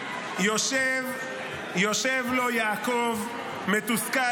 יושב לו יעקב מתוסכל,